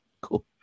Cool